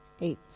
eight